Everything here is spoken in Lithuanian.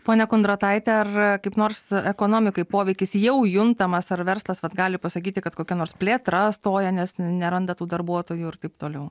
ponia kondratait ar kaip nors ekonomikai poveikis jau juntamas ar verslas gali pasakyti kad kokia nors plėtra stoja nes neranda tų darbuotojų ir taip toliau